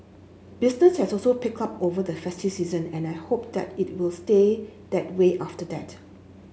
business has also picked up over the festive season and I hope that it will stay that way after that